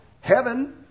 heaven